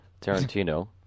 Tarantino